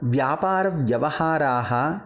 व्यापारव्यवहाराः